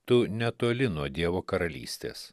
tu netoli nuo dievo karalystės